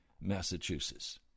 Massachusetts